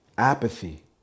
Apathy